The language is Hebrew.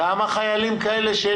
כמה חיילים כאלה,